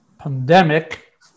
pandemic